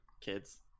kids